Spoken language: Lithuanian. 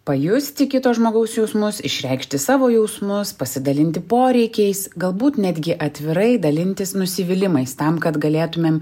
pajusti kito žmogaus jausmus išreikšti savo jausmus pasidalinti poreikiais galbūt netgi atvirai dalintis nusivylimais tam kad galėtumėm